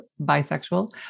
bisexual